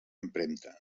empremta